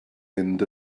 mynd